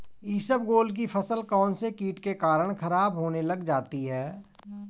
इसबगोल की फसल कौनसे कीट के कारण खराब होने लग जाती है?